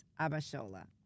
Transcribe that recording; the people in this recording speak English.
Abashola